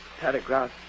paragraph